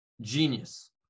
Genius